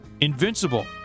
invincible